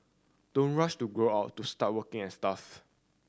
don't rush to grow up to start working and stuff